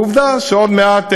עובדה שעוד מעט,